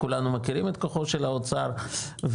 כולנו מכירים את כוחו של האוצר וכו',